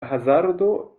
hazardo